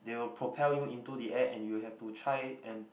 they will propel you into the air and you have to try and